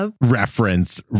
reference